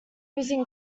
using